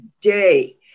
day